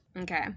Okay